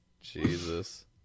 Jesus